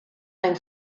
hain